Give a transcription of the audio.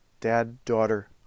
dad-daughter